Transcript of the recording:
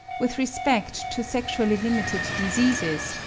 with respect to sexually-limited diseases,